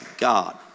God